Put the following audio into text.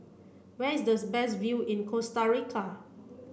where is thus best view in Costa Rica